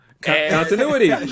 Continuity